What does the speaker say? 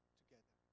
together